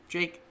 Jake